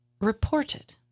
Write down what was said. reported